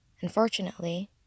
unfortunately